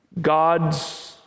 God's